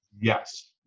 Yes